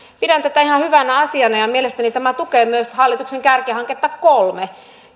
pidän tätä ihan hyvänä asiana ja mielestäni tämä tukee myös hallituksen kärkihanketta kolme